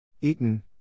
Eaton